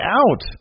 out